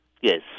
Yes